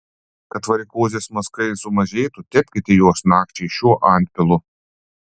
kad varikozės mazgai sumažėtų tepkite juos nakčiai šiuo antpilu